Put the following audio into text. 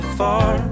far